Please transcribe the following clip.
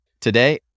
Today